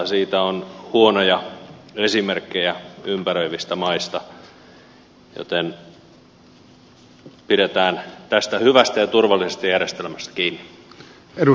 siitä on huonoja esimerkkejä ympäröivistä maista joten pidetään tästä hyvästä ja turvallisesta järjestelmästä kiinni